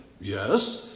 Yes